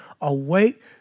awake